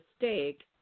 mistake